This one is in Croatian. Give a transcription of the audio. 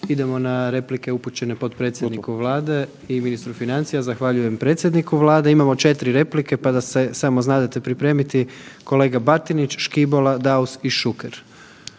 idemo na replike upućene potpredsjedniku Vlade i ministru financija. Zahvaljujem predsjedniku Vlade. Imamo 4 replike pa da se samo znate pripremiti kolega Batinić, Škibola, Daus i Šuker.